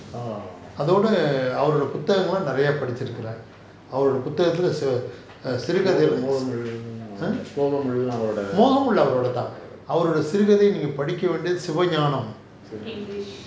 அதோட அவரோட புதன்கண்கள் நெறய படிச்சி இருக்கேன் அவரோட புத்தகத்துல சிறு சிறுகதைல மோகமுள் அவரோடது தான் அவரோட சிறு கதல படிக்க வேண்டியது சிவநேயனாம்:athoda aavaroda puthangangal neraya padichi irukaen avaroda puthagathula siru sirukaathaila mogamul aavarodathu thaan avaroda siru kaathaila padika vendiyathu sivaneyanam